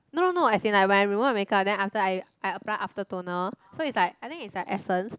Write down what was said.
no no no as in like when I remove the makeup after I I apply after toner so is like I think is like essence